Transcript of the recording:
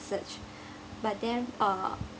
research but then uh